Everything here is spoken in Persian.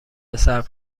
صبر